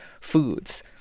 foods